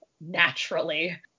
naturally